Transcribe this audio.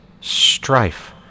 strife